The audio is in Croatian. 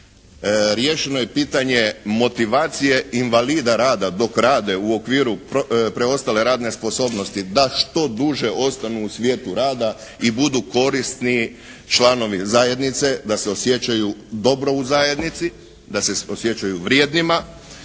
Riješeno je pitanje motivacije invalida rada dok rade u okviru preostale radne sposobnosti da što duže ostanu u svijetu rada i budu korisni članovi zajednice, da se osjećaju dobro u zajednici, da se osjećaju vrijednima